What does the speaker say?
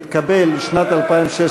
לשנת 2016,